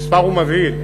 המספר הוא מבהיל,